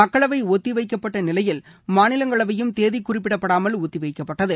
மக்களவை ஒத்திவைக்கப்பட்ட நிலையில் மாநிலங்கள் அவையும் தேதி குறிப்பிடப்படாமல் ஒத்தி வைக்கப்பட்டது